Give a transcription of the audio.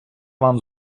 вам